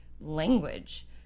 language